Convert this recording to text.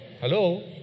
Hello